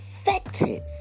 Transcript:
effective